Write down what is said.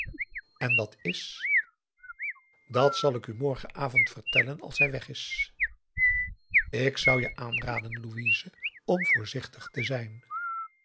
en dat is dat zal ik u morgenavond vertellen als hij weg is ik zou je aanraden louise om voorzichtig te zijn